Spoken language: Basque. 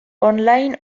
online